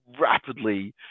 rapidly